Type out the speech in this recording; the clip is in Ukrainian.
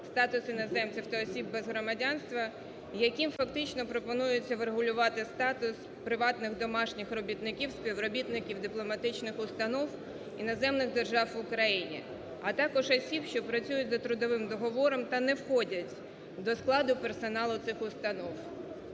статус іноземців та осіб без громадянства, яким фактично пропонується врегулювати статус приватних домашніх робітників співробітників дипломатичних установ іноземних держав в Україні, а також осіб, що працюють за трудовим договором та не входять до складу персоналу цих установ.